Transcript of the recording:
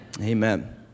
Amen